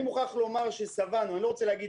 אני מוכרח לומר ששבענו אני לא רוצה להגיד